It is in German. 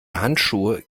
handschuhe